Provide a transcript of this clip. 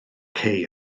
cei